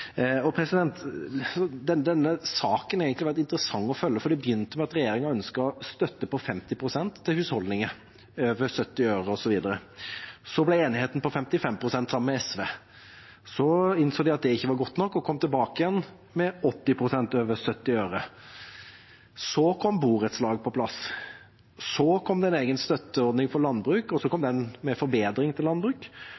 Denne saken har egentlig vært interessant å følge, for det begynte med at regjeringa ønsket støtte til husholdninger på 50 pst. over 70 øre/kWh. Så ble enigheten med SV på 55 pst. Så innså de at det ikke var godt nok, og kom tilbake igjen med 80 pst. over 70 øre. Så kom borettslag på plass. Så kom det en egen støtteordning for landbruket. Så kom det en forbedring til landbruket. Så kom